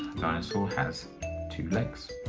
dinosaur has two legs!